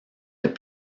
les